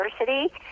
University